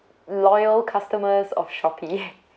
loyal customers of shopee